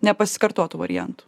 nepasikartotų variantų